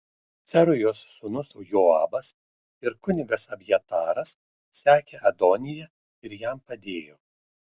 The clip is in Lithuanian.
cerujos sūnus joabas ir kunigas abjataras sekė adoniją ir jam padėjo